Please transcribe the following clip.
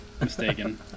mistaken